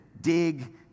dig